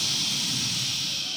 ששש.